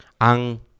ang